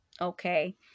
okay